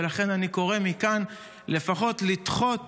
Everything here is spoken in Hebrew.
ולכן אני קורא מכאן לפחות לדחות